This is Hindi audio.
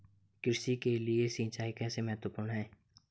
कृषि के लिए सिंचाई कैसे महत्वपूर्ण है?